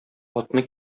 атны